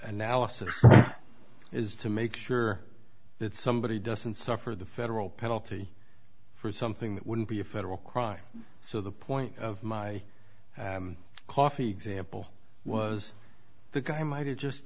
analysis is to make sure that somebody doesn't suffer the federal penalty for something that wouldn't be a federal crime so the point of my coffee example was the guy might have just